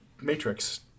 Matrix